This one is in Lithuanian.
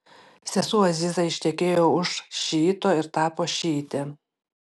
sesuo aziza ištekėjo už šiito ir tapo šiite